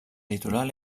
litoral